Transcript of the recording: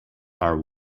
are